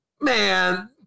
Man